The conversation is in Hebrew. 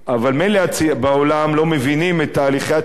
אבל מילא בעולם לא מבינים את הליכי התכנון